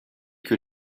que